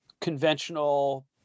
conventional